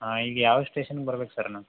ಈಗ ಯಾವ ಸ್ಟೇಷನ್ಗೆ ಬರ್ಬೇಕು ಸರ್ ನಾನು